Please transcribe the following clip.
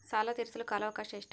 ಸಾಲ ತೇರಿಸಲು ಕಾಲ ಅವಕಾಶ ಎಷ್ಟು?